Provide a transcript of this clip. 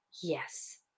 Yes